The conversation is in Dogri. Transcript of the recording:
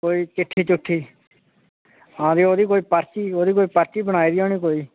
कोई चिठ्ठी चुट्ठी हां ते ओहदी कोई पर्ची ओह्दी कोई पर्ची बनाई दी होनी कोई